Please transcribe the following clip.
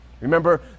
Remember